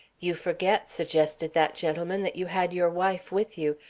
you forget, suggested that gentleman, that you had your wife with you.